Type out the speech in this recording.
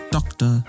Doctor